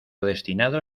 destinado